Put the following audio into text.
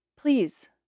please